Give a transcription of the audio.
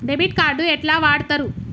Debit card ఎట్లా వాడుతరు?